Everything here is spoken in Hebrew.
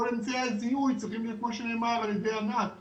כל אמצעי הזיהוי צריכים להיות - כמו שנאמר על ידי ענת - פשוטים,